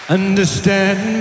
understand